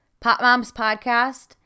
popmomspodcast